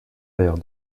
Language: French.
affaire